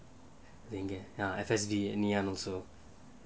எங்க:enga F_S_D ngee ann also